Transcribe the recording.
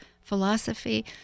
philosophy